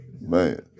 Man